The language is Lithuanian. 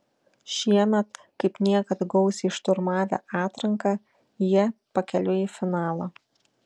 šiemet kaip niekad gausiai šturmavę atranką jie pakeliui į finalą